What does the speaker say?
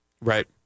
right